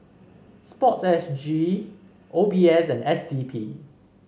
sports S G O B S and S D P